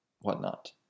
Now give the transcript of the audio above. whatnot